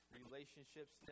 relationships